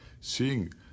seeing